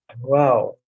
Wow